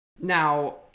Now